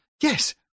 yes